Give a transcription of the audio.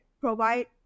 provide